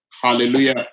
Hallelujah